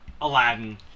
Aladdin